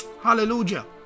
hallelujah